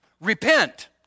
Repent